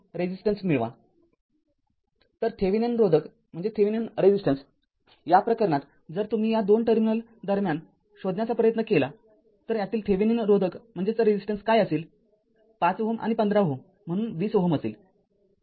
तर थेवेनिन रोधक तर या प्रकरणात जर तुम्ही या २ टर्मिनल दरम्यान शोधण्याचा प्रयत्न केला तर यातील थेवेनिन रोधक काय असेल ५ Ω आणि १५ Ω म्हणून २० Ω असेल